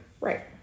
right